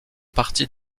parties